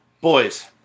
Boys